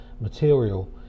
material